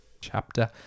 Chapter